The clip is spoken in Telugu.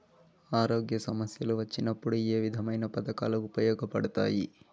ఆరోగ్య సమస్యలు వచ్చినప్పుడు ఏ విధమైన పథకాలు ఉపయోగపడతాయి